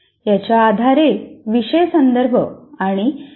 याच्या आधारे विषय संदर्भ आणि विहंगावलोकन लिहिले जावे